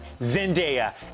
Zendaya